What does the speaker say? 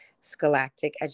scholastic